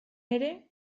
ere